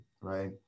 right